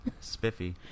spiffy